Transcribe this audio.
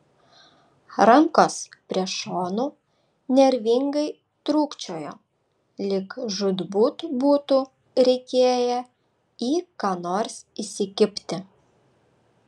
rankos prie šonų nervingai trūkčiojo lyg žūtbūt būtų reikėję į ką nors įsikibti